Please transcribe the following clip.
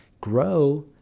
grow